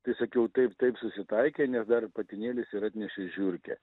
tai sakiau taip taip susitaikė nes dar patinėlis ir atnešė žiurkę